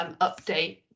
update